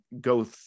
go